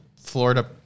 Florida